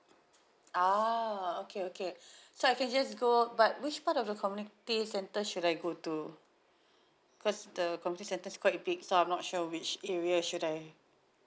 ah okay okay so I can just go but which part of the community centre should I go to cause the community centre is quite big so I'm not sure which area should I